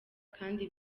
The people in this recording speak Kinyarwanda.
kandi